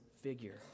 figure